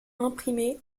imprimés